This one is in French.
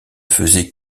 faisaient